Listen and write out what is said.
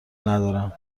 ندارم